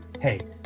Hey